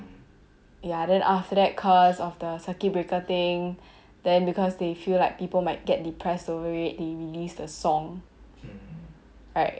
ya then after that cause of the circuit breaker thing then because they feel like people might get depressed over it they released the song right